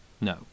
No